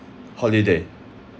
holiday